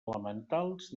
elementals